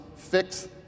fix